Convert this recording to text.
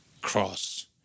cross